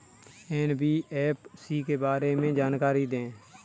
NBFC के बारे में जानकारी दें?